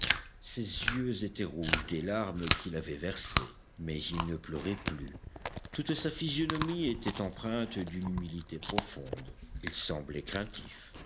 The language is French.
ses yeux étaient rouges des larmes qu'il avait versées mais il ne pleurait plus toute sa physionomie était empreinte d'une humilité profonde il semblait craintif